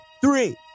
three